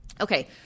Okay